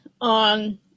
on